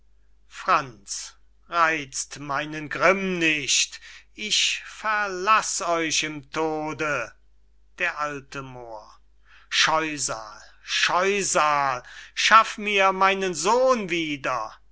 franz reizt meinen grimm nicht ich verlaß euch im tode d a moor scheusal scheusal schaff mir meinen sohn wieder